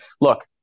look